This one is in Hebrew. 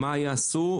מה יעשו?